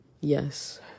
Yes